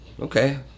okay